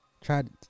tried